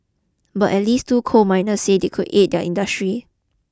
but at least two coal miners say it could aid industry